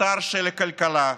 הקטר של הכלכלה,